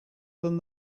than